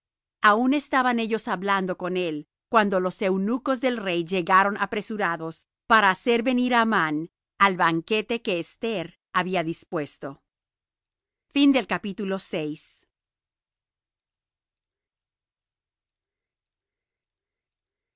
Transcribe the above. aun estaban ellos hablando con él cuando los eunucos del rey llegaron apresurados para hacer venir á amán al banquete que esther había dispuesto vino